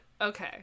Okay